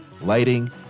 lighting